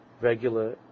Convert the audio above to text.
regular